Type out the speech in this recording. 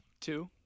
Two